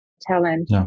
talent